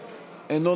את התקשורת,